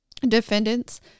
defendants